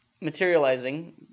materializing